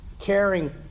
caring